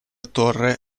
torre